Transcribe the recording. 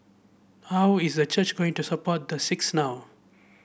how is the church going to support the six now